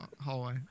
hallway